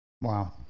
Wow